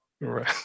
Right